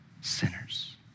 sinners